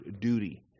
duty